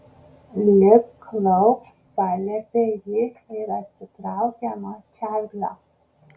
lipk lauk paliepė ji ir atsitraukė nuo čarlio